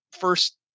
first